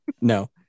No